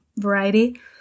Variety